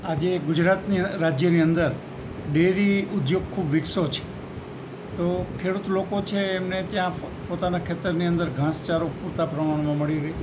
આજે ગુજરાત રાજ્યની અંદર ડેરી ઉદ્યોગ ખૂબ વિકસ્યો છે તો ખેડૂત લોકો છે એમને ત્યાં પોતાના ખેતરની અંદર ઘાસચારો પૂરતા પ્રમાણમાં મળી રહે